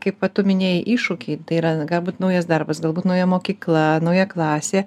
kaip va tu minėjai iššūkiai tai yra gabūt naujas darbas galbūt nauja mokykla nauja klasė